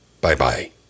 Bye-bye